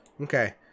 Okay